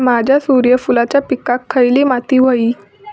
माझ्या सूर्यफुलाच्या पिकाक खयली माती व्हयी?